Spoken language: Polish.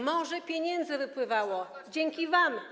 Morze pieniędzy wypływało dzięki wam.